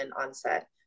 onset